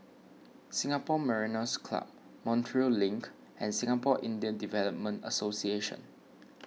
Singapore Mariners' Club Montreal Link and Singapore Indian Development Association